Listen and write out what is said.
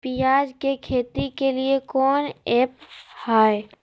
प्याज के खेती के लिए कौन ऐप हाय?